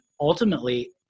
ultimately